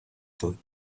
taught